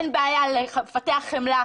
אין בעיה לפתח חמלה,